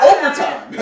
Overtime